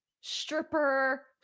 stripper